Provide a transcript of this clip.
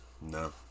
No